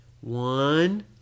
one